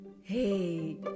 hey